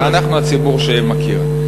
אנחנו הציבור שמכיר.